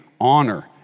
honor